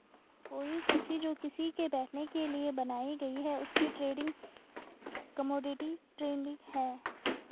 कोई कुर्सी जो किसी के बैठने के लिए बनाई गयी है उसकी ट्रेडिंग कमोडिटी ट्रेडिंग है